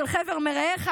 של חבר מרעיך,